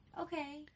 Okay